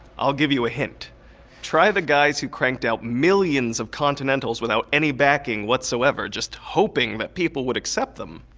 i'll give you a hint try the guys who cranked out millions of continentals without any backing whatsoever, just hoping that people would accept them.